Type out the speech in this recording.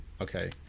okay